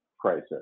crisis